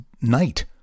night